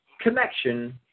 connection